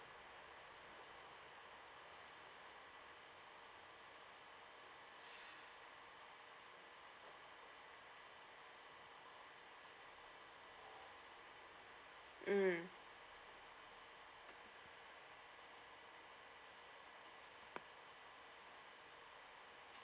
mm